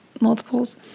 multiples